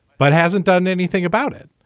but hasn't done anything about it.